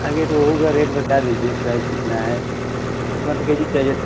आगे रोहूँ का रेट बता दीजिए प्राइस कितना है वन के जी चाहिए था